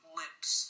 lips